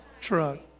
truck